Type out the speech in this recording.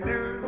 New